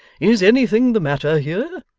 is anything the matter here